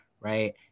right